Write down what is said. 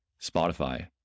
Spotify